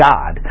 God